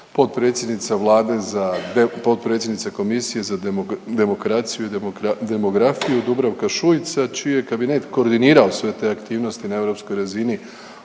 potpredsjednica Komisije za demokraciju i demografiju Dubravka Šuica, čiji je kabinet koordinirao sve te aktivnosti na europskoj razini,